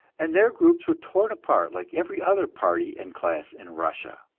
and their groups were torn apart like every other party and class in russia.